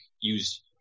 use